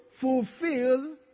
fulfill